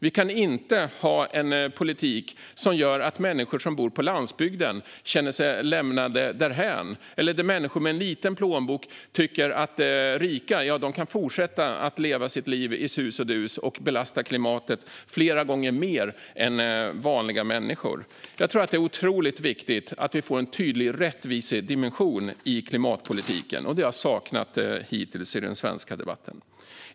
Vi kan inte ha en politik som gör att människor som bor på landsbygden känner sig lämnade därhän eller där människor med liten plånbok tycker att rika kan fortsätta leva sitt liv i sus och dus och belasta klimatet flera gånger mer än vanliga människor. Jag tror att det är otroligt viktigt att vi får en tydlig rättvisedimension i klimatpolitiken. Det har jag saknat hittills i den svenska debatten.